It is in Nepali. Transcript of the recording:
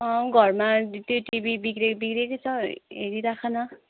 घरमा त्यो टिभी बिग्रे बिग्रेकै छ हेरी राख न